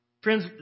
Friends